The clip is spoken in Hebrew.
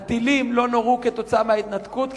הטילים לא נורו כתוצאה מההתנתקות,